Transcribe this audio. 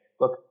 look